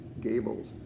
Gables